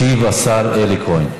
ישיב השר אלי כהן.